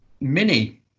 Mini